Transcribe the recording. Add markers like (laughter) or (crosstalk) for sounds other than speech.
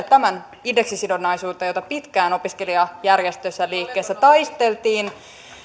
(unintelligible) tämän indeksisidonnaisuuden jota pitkään opiskelijajärjestöissä ja liikkeissä taisteltiin